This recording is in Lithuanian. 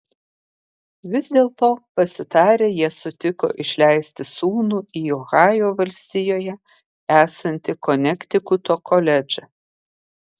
vis dėlto pasitarę jie sutiko išleisti sūnų į ohajo valstijoje esantį konektikuto koledžą